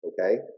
okay